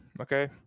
okay